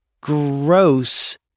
gross